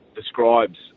Describes